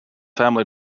family